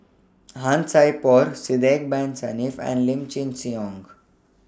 Han Sai Por Sidek Bin Saniff and Lim Chin Siong